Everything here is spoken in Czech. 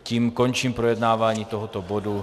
Tím končím projednávání tohoto bodu.